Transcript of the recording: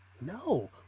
No